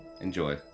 Enjoy